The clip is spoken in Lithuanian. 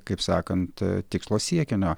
kaip sakant tikslo siekinio